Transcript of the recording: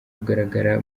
kugaragara